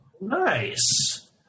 Nice